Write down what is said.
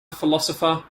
philosopher